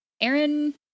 Aaron